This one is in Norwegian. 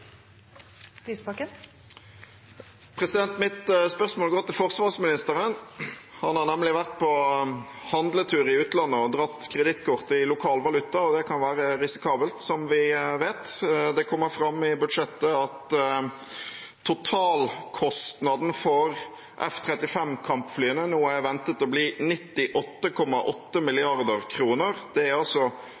Mitt spørsmål går til forsvarsministeren. Han har nemlig vært på handletur i utlandet og dratt kredittkortet i lokal valuta. Det kan være risikabelt, som vi vet. Det kommer fram i budsjettet at totalkostnaden for F-35-kampflyene nå er ventet å bli 98,8 mrd. kr. Det er